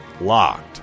Locked